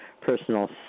personal